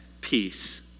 peace